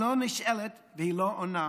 היא לא נשאלת והיא לא עונה,